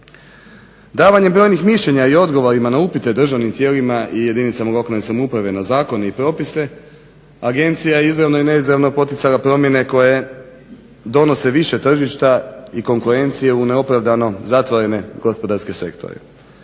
Davanjem brojnih mišljenja i odgovorima na upita državnim tijelima i jedinicama lokalne samouprave na Zakon i propise, Agencija je izravno i neizravno poticala promjene koje donose više tržišta i konkurencija u neopravdano zatvorene i gospodarske sektore.